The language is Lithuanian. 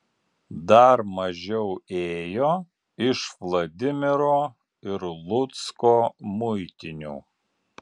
dar mažiau ėjo iš vladimiro ir lucko muitinių